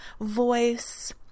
voice